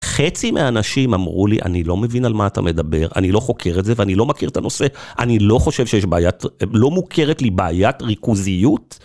חצי מהאנשים אמרו לי, אני לא מבין על מה אתה מדבר, אני לא חוקר את זה ואני לא מכיר את הנושא, אני לא חושב שיש בעיית, לא מוכרת לי בעיית ריכוזיות.